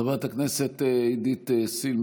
מולדתי שלי.) חברת הכנסת עדית סילמן,